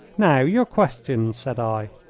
now, your questions! said i.